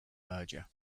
merger